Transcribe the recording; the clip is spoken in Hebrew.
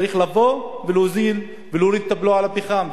צריך לבוא ולהוזיל ולהוריד את הבלו על הפחם,